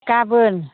गाबोन